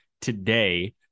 today